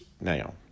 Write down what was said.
now